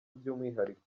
by’umwihariko